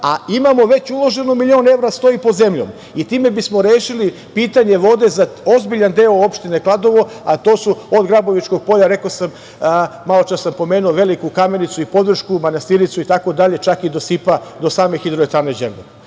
a imamo već uloženih milion evra stoji pod zemljom. Time bismo rešili pitanje vode za ozbiljan deo opštine Kladovo a to su, od Grabovičkog polja, maločas sam pomenuo Veliku Kamenicu i Podvršku, Manastiricu itd. čak i do Sipa, do same Hidroelektrane